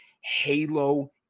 Halo